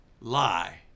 lie